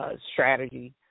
strategy